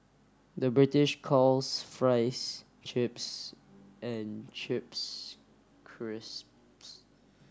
the British calls fries chips and chips crisps